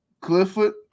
Clifford